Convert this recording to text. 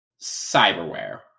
Cyberware